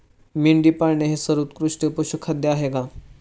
मेंढी पाळणे हे सर्वोत्कृष्ट पशुखाद्य आहे का?